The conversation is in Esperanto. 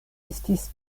estis